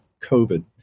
COVID